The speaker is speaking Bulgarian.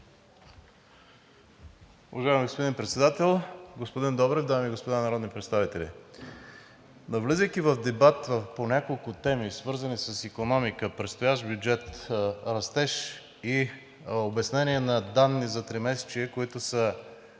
Уважаеми господин Председател, господин Добрев, дами и господа народни представители! Навлизайки в дебат по няколко теми, свързани с икономика, предстоящ бюджет, растеж и обяснение на данни за тримесечие, базирани